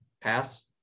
Pass